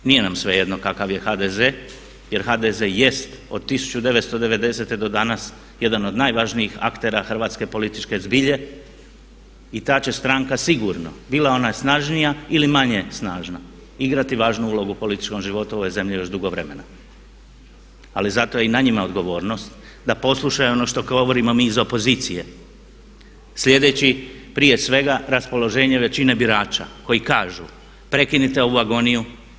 Nije nam svejedno kakav je HDZ jer HDZ jest od 1990.-e do danas jedan od najvažnijih aktera hrvatske političke zbilje i ta će stranka sigurno bila ona snažnija ili manje snažna igrati važnu ulogu u političkom životu ove zemlje još dugo vremena ali zato je i na njima odgovornost da poslušaju ono što govorimo mi iz opozicije, sjedeći prije svega raspoloženje većine birača koji kažu: „Prekinete ovu agoniju!